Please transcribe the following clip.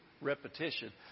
Repetition